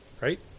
Right